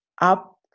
up